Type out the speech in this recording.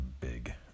big